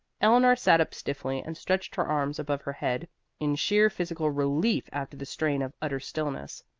eleanor sat up stiffly and stretched her arms above her head in sheer physical relief after the strain of utter stillness.